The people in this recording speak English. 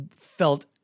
felt